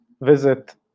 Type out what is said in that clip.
visit